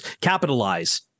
capitalize